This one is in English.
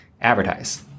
Advertise